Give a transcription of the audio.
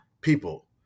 people